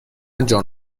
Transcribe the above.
جان